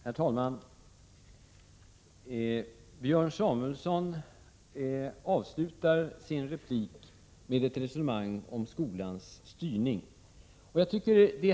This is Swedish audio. Herr talman! Björn Samuelson avslutar sin replik med ett resonemang om skolans styrning.